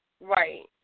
Right